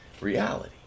reality